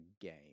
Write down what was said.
game